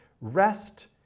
Rest